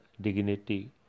dignity